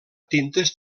tintes